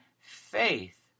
faith